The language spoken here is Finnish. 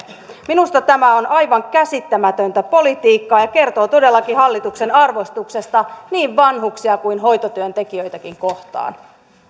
minusta tämä on aivan käsittämätöntä politiikkaa ja ja kertoo todellakin hallituksen arvostuksesta niin vanhuksia kuin hoitotyöntekijöitäkin kohtaan